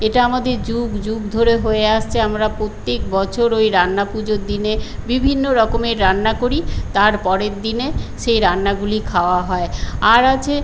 এটা আমাদের যুগ যুগ ধরে হয়ে আসছে আমরা প্রত্যেক বছর ওই রান্না পুজোর দিনে বিভিন্ন রকমের রান্না করি তার পরের দিনে সেই রান্নাগুলি খাওয়া হয় আর আছে